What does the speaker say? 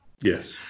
Yes